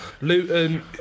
Luton